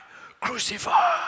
crucify